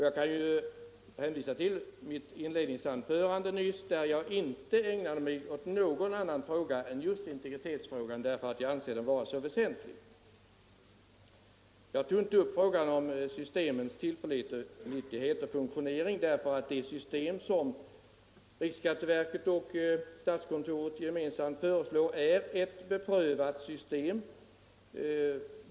Jag kan hänvisa till mitt första anförande, där jag inte ägnade mig åt något annat än integritetsfrågan, därför att jag anser den vara så väsentlig. Jag tog inte upp frågan om systemens tillförlitlighet och funktion, eftersom det system som riksskatteverket och statskontoret gemensamt föreslår är ett beprövat system.